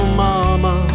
mama